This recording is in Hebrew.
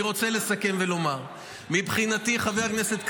אני רוצה לסכם ולומר: מבחינתי, חבר הכנסת קלנר,